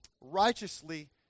righteously